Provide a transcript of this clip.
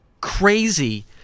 crazy